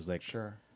Sure